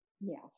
Yes